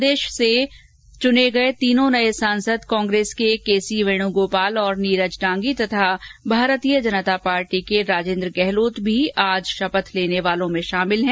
प्रदेश से राजस्थान के लिए चुने गये तीनों नये सांसद कांग्रेस के केसी वेणुगोपाल और नीरज डांगी तथा भारतीय जनता पार्टी के राजेन्द्र गहलोत भी आज शपथ लेने वालों में शामिल हैं